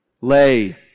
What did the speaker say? lay